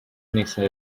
niece